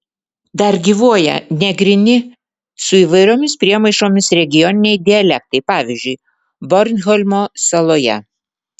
dar gyvuoja negryni su įvairiomis priemaišomis regioniniai dialektai pavyzdžiui bornholmo saloje